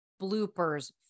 bloopers